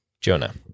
Jonah